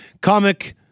Comic